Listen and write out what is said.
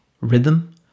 rhythm